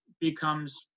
becomes